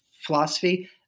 philosophy